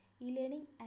e-learning